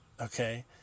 Okay